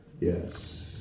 yes